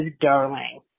darling